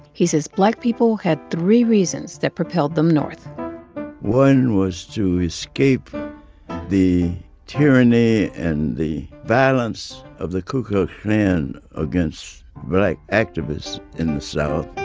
he says black people had three reasons that propelled them north one was to escape the tyranny and the violence of the ku klux klan against but black activists in the south